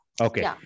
Okay